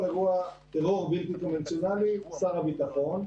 אירוע טרור בלתי קונבנציונלי שר הביטחון,